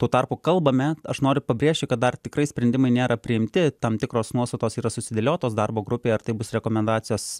tuo tarpu kalbame aš noriu pabrėžti kad dar tikrai sprendimai nėra priimti tam tikros nuostatos yra susidėliotos darbo grupėje ar tai bus rekomendacijos